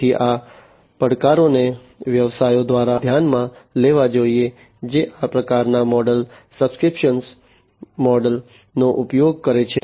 તેથી આ પડકારોને વ્યવસાયો દ્વારા ધ્યાનમાં લેવા જોઈએ જે આ પ્રકારના મોડલ સબ્સ્ક્રિપ્શન મોડલ નો ઉપયોગ કરે છે